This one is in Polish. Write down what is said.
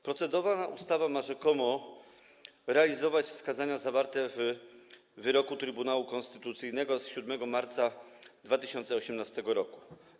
Procedowana ustawa ma rzekomo realizować wskazania zawarte w wyroku Trybunału Konstytucyjnego z 7 marca 2018 r.